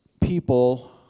people